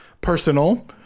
personal